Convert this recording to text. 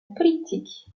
politique